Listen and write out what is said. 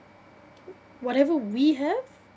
whatever we have